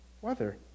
weather